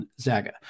Zaga